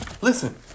Listen